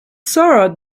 sarah